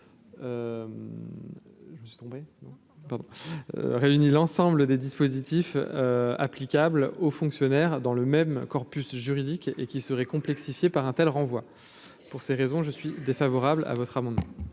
pardon, l'ensemble des dispositifs applicable aux fonctionnaires dans le même corpus juridique et qui serait complexifié par un tel renvoie pour ces raisons je suis défavorable à votre amendement.